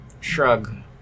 Shrug